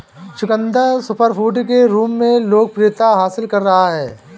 चुकंदर सुपरफूड के रूप में लोकप्रियता हासिल कर रहा है